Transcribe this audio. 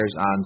on